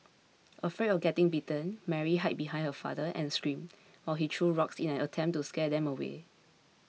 afraid of getting bitten Mary hid behind her father and screamed while he threw rocks in an attempt to scare them away